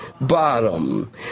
Bottom